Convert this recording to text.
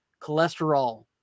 cholesterol